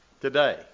today